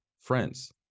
friends